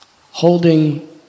holding